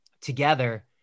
together